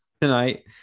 tonight